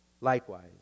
likewise